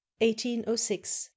1806